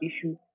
issue